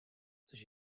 chceš